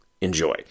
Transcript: enjoy